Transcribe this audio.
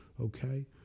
okay